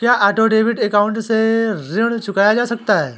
क्या auto debit account से ऋण चुकाया जा सकता है?